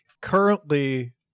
currently